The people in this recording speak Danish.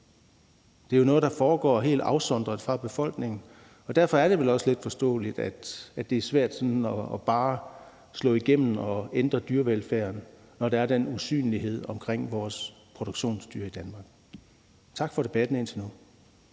Det er jo noget, der foregår helt afsondret fra befolkningen, og derfor er det vel også let at forstå, at det er svært sådan bare at få noget til at slå igennem og ændre dyrevelfærden, når der er den usynlighed omkring vores produktionsdyr i Danmark. Tak for debatten indtil nu.